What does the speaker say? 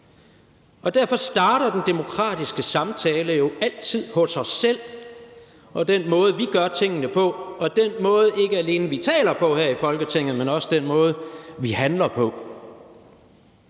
Derfor starter den demokratiske samtale jo altid hos os selv og med den måde, vi gør tingene på, ikke alene den måde, vi taler på her i Folketinget, men også den måde, vi handler på,